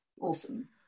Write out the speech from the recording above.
Awesome